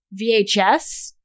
VHS